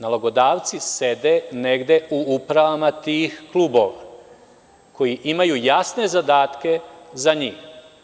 Nalogodavci sede negde u upravama tih klubova koji imaju jasne zadatke za njih.